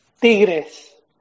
Tigres